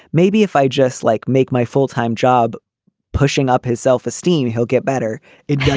maybe if i just like make my full time job pushing up his self-esteem, he'll get better it just.